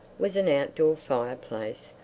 was an outdoor fire-place,